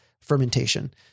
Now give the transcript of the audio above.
fermentation